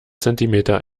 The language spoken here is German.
zentimeter